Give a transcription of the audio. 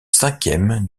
cinquième